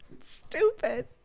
Stupid